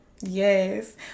yes